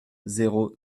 zéro